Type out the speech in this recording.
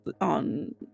on